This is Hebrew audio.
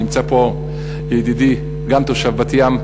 נמצא פה ידידי שהוא גם תושב בת-ים,